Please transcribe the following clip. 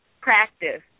practice